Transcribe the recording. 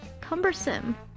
cumbersome